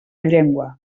llengua